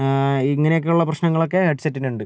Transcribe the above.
ഇങ്ങനേയൊക്കെ ഉള്ള പ്രശ്നങ്ങളൊക്കെ ഹെഡ്സെറ്റിനുണ്ട്